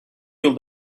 yıl